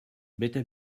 better